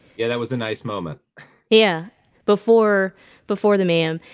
yeah, that was a nice moment yeah before before the ma'am,